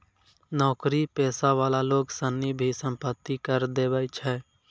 नौकरी पेशा वाला लोग सनी भी सम्पत्ति कर देवै छै